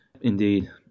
Indeed